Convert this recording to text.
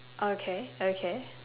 oh okay okay